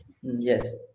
Yes